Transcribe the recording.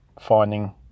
finding